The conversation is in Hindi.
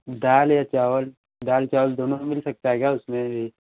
दाल या चावल दाल चावल दोनों मिल सकता है क्या उसमें भी